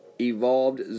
Evolved